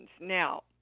Now